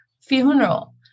funeral